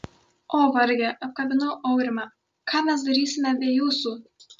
o varge apkabinau aurimą ką mes darysime be jūsų